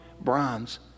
bronze